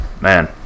Man